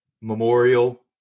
Memorial